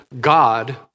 God